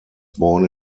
born